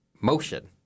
motion